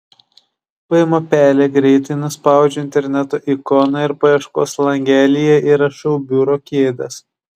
paimu pelę greitai nuspaudžiu interneto ikoną ir paieškos langelyje įrašau biuro kėdės